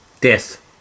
Death